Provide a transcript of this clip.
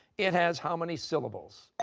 it has how many syllables?